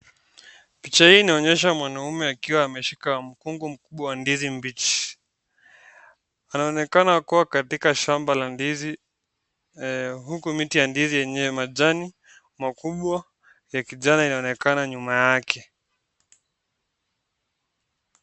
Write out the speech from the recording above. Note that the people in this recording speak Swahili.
Picha hii inaonyesha mwanamme akiwa ameshika mkungu mkubwa wa ndizi mbichi. Anaonekana kuwa katika shamba la ndizi, huku miti ya ndizi yenye majani makubwa ya kijani yanaonekana nyuma yake.